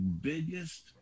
biggest